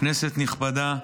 כנסת נכבדה,